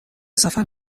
سفر